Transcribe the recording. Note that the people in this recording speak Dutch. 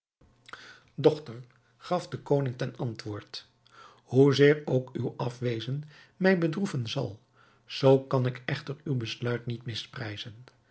gaf de koning ten antwoord hoezeer ook uw afwezen mij bedroeven zal zoo kan ik echter uw besluit niet misprijzen